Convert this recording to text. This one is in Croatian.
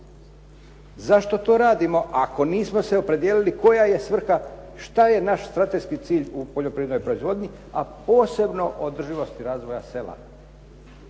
Zašto to radimo ako nismo se opredijelili koja je svrha, šta je naš strateški cilj u poljoprivrednoj proizvodnji, a posebno održivosti razvoja sela,